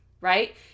right